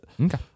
Okay